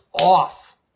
off